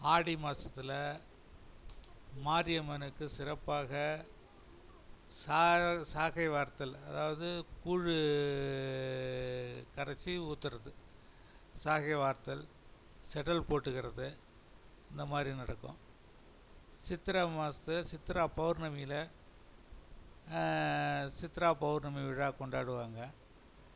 ஆடி மாசத்தில் மாரியம்மனுக்கு சிறப்பாக சா சாகை வார்த்தல் அதாவது கூழு கரைச்சி ஊற்றுறது சாகை வார்த்தல் செடில் போட்டுக்கிறது இந்த மாதிரி நடக்கும் சித்தரை மாசத்தில் சித்தரை பவுர்ணமியில் சித்தரை பவுர்ணமி விழா கொண்டாடுவாங்க